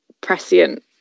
prescient